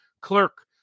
clerk